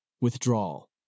Withdrawal